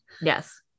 Yes